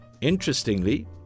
Interestingly